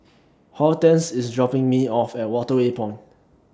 Hortense IS dropping Me off At Waterway Point